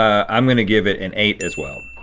i'm gonna give it an eight as well.